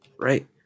Right